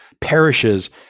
perishes